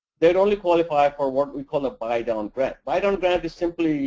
they only qualify for what we call the buy-down grant buy-down grant is simply